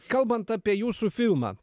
kalbant apie jūsų filmą